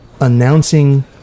announcing